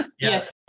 yes